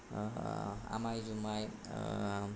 आमाय जुमाय